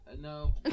No